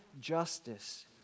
justice